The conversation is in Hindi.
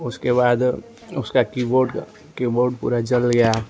उसके बाद उसका कीबोर्ड कीबोर्ड पूरा जल गया